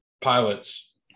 pilots